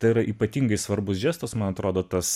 tai yra ypatingai svarbus žestas man atrodo tas